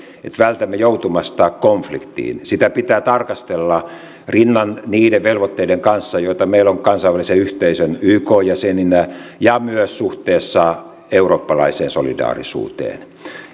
että vältämme joutumasta konfliktiin pitää tarkastella rinnan niiden velvoitteiden kanssa joita meillä on kansainvälisen yhteisön ykn jäseninä ja myös suhteessa eurooppalaiseen solidaarisuuteen